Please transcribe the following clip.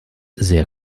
sehr